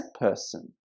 person